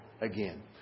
again